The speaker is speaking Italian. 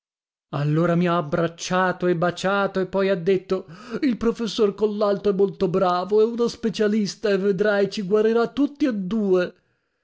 allora mi ha abbracciato e baciato e poi ha detto il professor collalto è molto bravo è uno specialista e vedrai ci guarirà tutti e due